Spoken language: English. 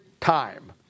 time